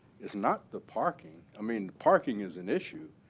it's not the parking. i mean, parking is an issue.